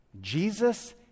Jesus